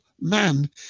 man